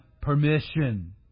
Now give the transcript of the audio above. permission